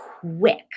quick